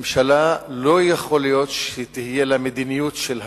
ממשלה, לא יכול להיות שתהיה לה מדיניות של הריסה.